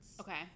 okay